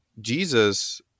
Jesus